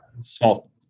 small